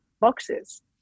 boxes